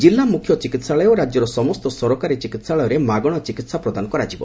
କିଲ୍ଲା ମୁଖ୍ୟ ଚିକିହାଳୟ ଓ ରାଜ୍ୟର ସମସ୍ତ ସରକାରୀ ଚିକିହାଳୟରେ ମାଗଶା ଚିକିହା ପ୍ରଦାନ କରାଯିବ